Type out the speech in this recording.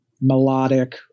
melodic